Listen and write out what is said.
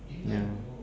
ya